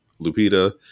Lupita